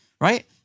right